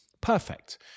perfect